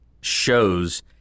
shows